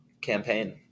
campaign